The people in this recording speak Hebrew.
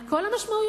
על כל המשמעויות,